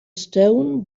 stone